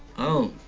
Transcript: oh.